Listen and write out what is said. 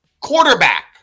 quarterback